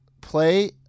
Play